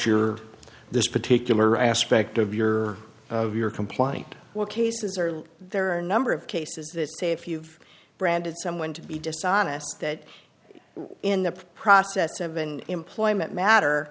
your this particular aspect of your of your complaint cases or there are a number of cases that say if you've branded someone to be dishonest that in the process of an employment matter